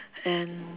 and